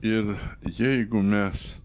ir jeigu mes